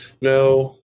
No